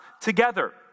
together